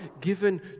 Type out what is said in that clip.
given